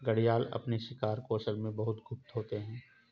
घड़ियाल अपने शिकार कौशल में बहुत गुप्त होते हैं